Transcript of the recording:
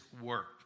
work